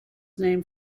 named